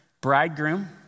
Bridegroom